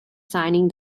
signing